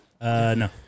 No